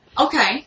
Okay